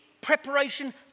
Preparation